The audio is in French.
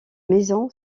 maison